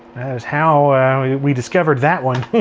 was how we discovered that one